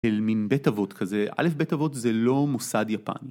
אל מין בית אבות כזה, א', בית אבות זה לא מוסד יפני.